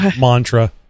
mantra